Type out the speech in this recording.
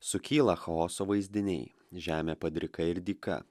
sukyla chaoso vaizdiniai žemė padrika ir dyka